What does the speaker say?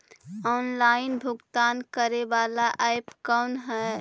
Online भुगतान करे बाला ऐप कौन है?